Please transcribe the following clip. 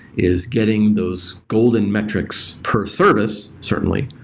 is getting those golden metrics per service, certainly,